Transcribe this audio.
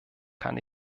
kann